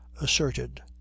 asserted